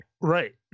Right